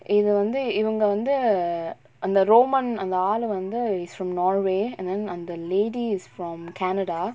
இதுவந்து இவங்க வந்து அந்த:ithuvanthu ivanga vanthu antha roman அந்த ஆளு வந்து:antha aalu vanthu is from norway and then அந்த:antha lady is from canada